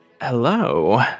Hello